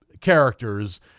characters